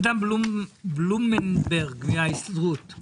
אדם בלומנברג מההסתדרות, בבקשה.